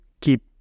keep